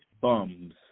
bums